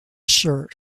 shirt